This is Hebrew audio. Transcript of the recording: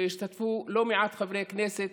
שהשתתפו בו לא מעט חברי כנסת